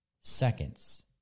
seconds